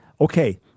Okay